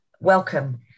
welcome